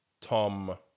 Tom